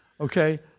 okay